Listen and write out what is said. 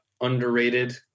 underrated